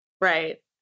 right